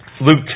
Luke